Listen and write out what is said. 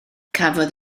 cafodd